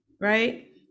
right